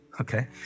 okay